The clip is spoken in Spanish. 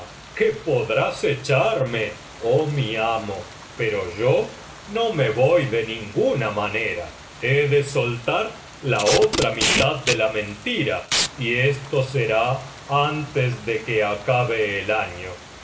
que podrás echarme oh mi amo pero yo no me voy de ninguna manera he de soltar la otra mitad de la mentira y esto sera antes de que acabe el año